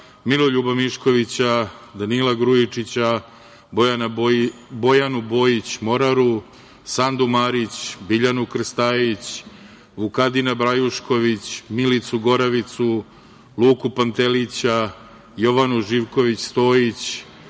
Miroljuba Miškovića, Danila Grujičića, Bojanu Bojić Moraru, Sandu Marić, Biljanu Krstajić, Vukadina Brajušković, Milicu Gorevicu, Luku Pantelića, Jovanu Živković Stojić,